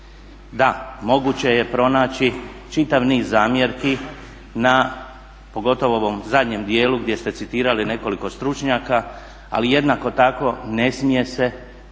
Da, moguće je pronaći čitav niz zamjerki na pogotovo u ovom zadnjem djelu gdje ste citirali nekoliko stručnjaka, ali jednako tako ne smije se, ne